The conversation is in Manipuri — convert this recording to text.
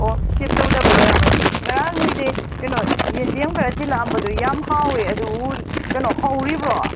ꯑꯣ ꯁꯦꯚ ꯇꯧꯗꯕꯩ ꯑꯣꯏꯔꯝꯃꯅꯤ ꯉꯔꯥꯡ ꯅꯣꯏꯗꯩ ꯀꯩꯅꯣ ꯌꯦꯟꯗꯦꯝ ꯈꯔ ꯊꯤꯜꯂꯛꯑꯝꯕꯗꯨ ꯌꯥꯝ ꯍꯥꯎꯋꯦ ꯑꯗꯨꯕꯨ ꯀꯩꯅꯣ ꯍꯧꯔꯤꯕ꯭ꯔꯣ